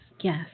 Yes